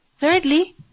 Thirdly